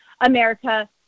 America